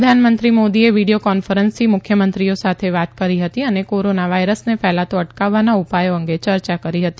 પ્રધાનમંત્રી મોદીએ વીડીયો કોન્ફરન્સથી મુખ્યમંત્રીઓ સાથે વાત કરી હતી અને કોરોના વાયરસને ફેલાતો અટકાવાના ઉપાયો અંગે ચર્યા કરી હતી